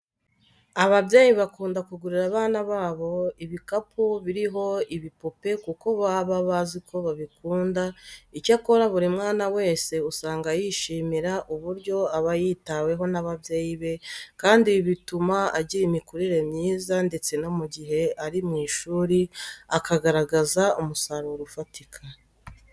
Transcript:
Ababyeyi bakunda kugurira abana babo ibikapu biriho ibipupe kuko baba bazi ko babikunda. Icyakora buri mwana wese usanga yishimira uburyo aba yitaweho n'ababyeyi be kandi ibi bituma agira imikurire myiza ndetse no mu gihe ari mu ishuri akagaragaza umusaruro ufatika.